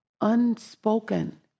unspoken